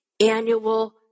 annual